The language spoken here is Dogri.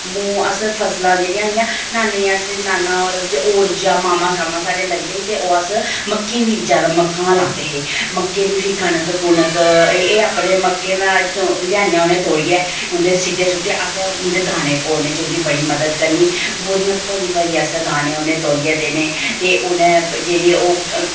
फसलां जेह्ड़ियां हियां नाने गी असें नाना होर जियां मामा शाम्मा साढ़े लगदे हे ते ओह् अस मक्कें दी लांदे जादा मक्कां गै लांदे हे मक्कें दी फ्ही कनक कुनक एह् अपनियां लेआनियां मक्कें दियां उ'नें तोड़ियै उं'दे सिट्टे सुट्टे असें उं'दे दाने कोड़ने च उं'दी बड़ा मदद करनी बोरियां भरी भरियै असें उ'नें दाने कोड़ियै देने ते उ'नें जेह्ड़े ओह्